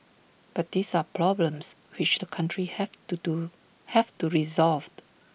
but these are problems which the countries have to do have to resolved